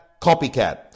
copycat